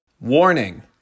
Warning